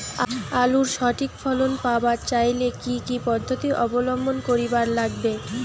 আলুর সঠিক ফলন পাবার চাইলে কি কি পদ্ধতি অবলম্বন করিবার লাগবে?